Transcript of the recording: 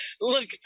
look